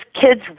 kids